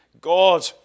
God